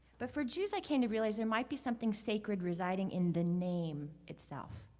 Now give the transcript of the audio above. but for jews, i came to realize there might be something sacred residing in the name itself.